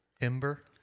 Ember